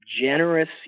generous